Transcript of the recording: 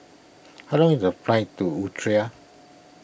how long is the flight to Eritrea